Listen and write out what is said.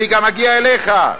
אני גם אגיע אליך.